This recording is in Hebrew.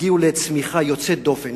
הגיעו לצמיחה יוצאת דופן.